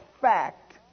fact